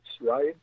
right